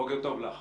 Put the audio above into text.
בוקר טוב לך.